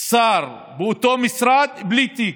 שר באותו משרד בלי תיק.